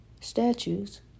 statues